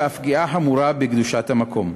ואף פגיעה חמורה בקדושת המקום.